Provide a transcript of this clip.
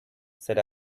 said